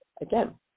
Again